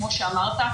כמו שאמרת,